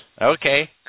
Okay